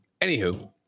Anywho